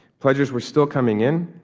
pledges were still coming in.